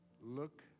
look